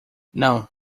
não